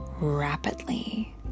rapidly